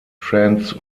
trans